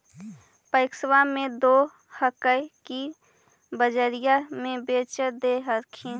पैक्सबा मे दे हको की बजरिये मे बेच दे हखिन?